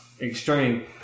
Extreme